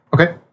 Okay